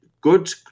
good